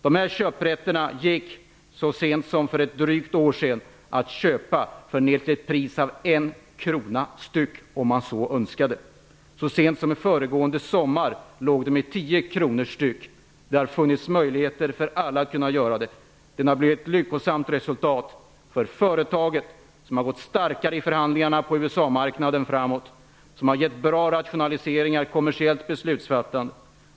Dessa köprätter gick så sent som för ett drygt år sedan att köpa till ett så lågt pris som 1 krona per styck, om man så önskade. Så sent som föregående sommar låg värdet på 10 kronor per styck. Det har funnits möjlighet för alla att kunna köpa. Resultatet har blivit lyckosamt för företaget som har kunnat vara starkare i förhandlingarna på USA-marknaden. Det har resulterat i bra rationaliseringar och kommersiellt beslutsfattande.